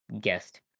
guest